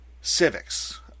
civics